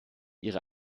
ihre